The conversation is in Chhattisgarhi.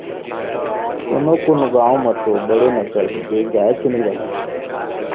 कोनों कोनों गॉँव म तो बड़े नसल के गायेच नइ रहय